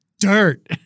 dirt